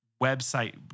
website